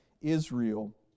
Israel